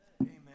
Amen